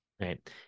Right